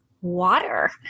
water